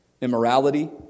immorality